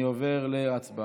אני עובר להצבעה.